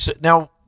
Now